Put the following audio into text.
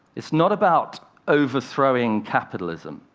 it's not about overthrowing capitalism.